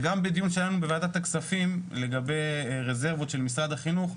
וגם בדיון שלנו של ועדת הכספים לגבי רזרבות של משרד החינוך,